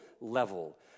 level